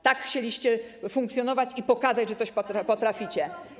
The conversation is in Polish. Tak chcieliście funkcjonować i pokazać, że coś potraficie.